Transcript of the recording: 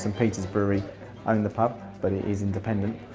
and peter's brewery own the pub, but it is independent,